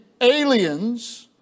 Aliens